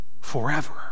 forever